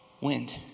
wind